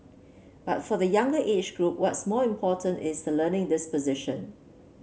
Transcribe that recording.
but for the younger age group what's more important is the learning disposition